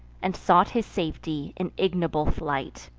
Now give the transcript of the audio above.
and sought his safety in ignoble flight.